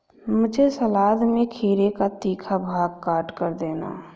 मुझे सलाद में खीरे का तीखा भाग काटकर देना